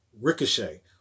Ricochet